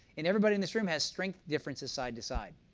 and everybody in this room has strength differences side to side.